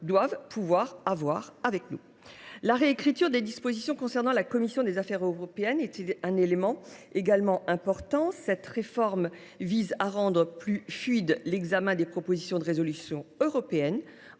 doivent avoir en nous. La réécriture des dispositions concernant la commission des affaires européennes est à mes yeux importante. Cette réforme vise à rendre plus fluide l’examen des propositions de résolution européennes,